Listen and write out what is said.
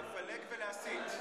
לפלג ולהסית.